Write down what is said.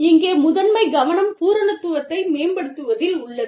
இங்கே முதன்மை கவனம் பூரணத்துவத்தை மேம்படுத்துவதில் உள்ளது